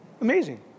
Amazing